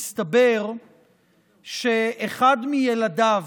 מסתבר שאחד מילדיו